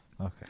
okay